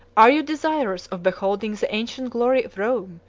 are you desirous of beholding the ancient glory of rome,